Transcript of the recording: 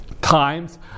times